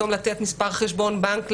לתת פתאום מספר חשבון בנק,